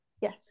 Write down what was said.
yes